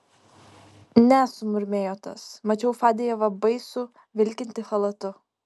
ne sumurmėjo tas mačiau fadejevą baisų vilkintį chalatu